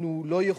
אנחנו לא יכולים,